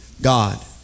God